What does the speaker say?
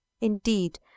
indeed